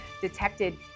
detected